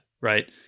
right